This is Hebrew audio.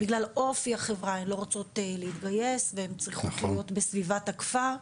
ובגלל אופי החברה הן לא רוצות להתגייס והם צריכות להיות בסביבת הכפר.